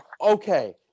okay